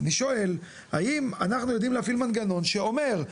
אני שואל, האם אנחנו יודעים להפעיל מנגנון שאומר,